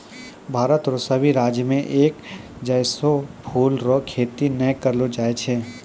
भारत रो सभी राज्य मे एक जैसनो फूलो रो खेती नै करलो जाय छै